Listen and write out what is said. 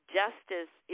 justice